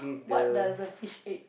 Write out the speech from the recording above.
what does the fish egg